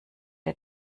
der